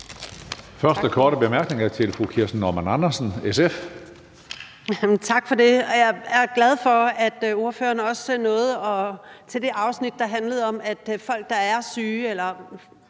Kirsten Normann Andersen, SF. Kl. 16:30 Kirsten Normann Andersen (SF): Tak for det. Jeg er glad for, at ordføreren også nåede til det afsnit, der handlede om, at folk, der er syge